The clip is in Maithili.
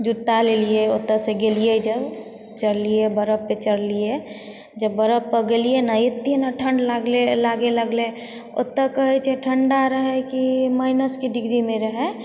जूता लेलियै ओतयसँ गेलियै जब चललियै बरफपर चललियै जब बरफपर गेलियै ने एतेने ठण्ड लगलै लागै लगलै ओतय कहै छै ठण्डा रहै की माइनसके डिग्रीमे रहै